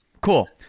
cool